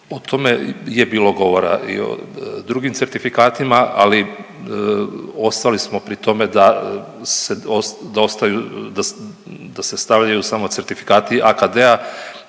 O tome je bilo govora i o drugim certifikatima, ali ostali smo pri tome da se ostaju, da se stavljaju samo certifikati AKD-a.